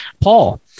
Paul